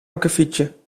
akkefietje